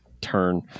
turn